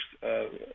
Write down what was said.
first –